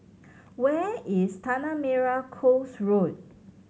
where is Tanah Merah Coast Road